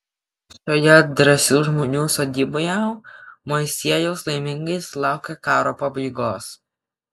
šioje drąsių žmonių sodyboje moisiejus laimingai sulaukė karo pabaigos